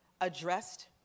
addressed